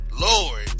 Lord